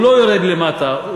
הוא לא יורד למטה,